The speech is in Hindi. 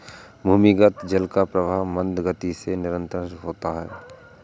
भूमिगत जल का प्रवाह मन्द गति से निरन्तर होता है